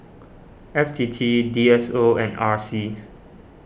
F T T D S O and R C